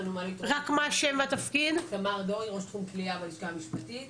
תמר דורי, ראש תחום כליאה בלשכה המשפטית.